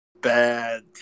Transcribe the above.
bad